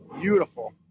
beautiful